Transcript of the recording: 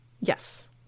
Yes